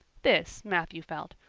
this, matthew felt,